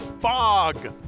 Fog